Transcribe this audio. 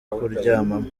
kuryamamo